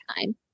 time